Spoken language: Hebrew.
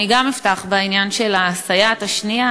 גם אני אפתח בעניין של הסייעת השנייה.